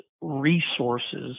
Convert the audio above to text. resources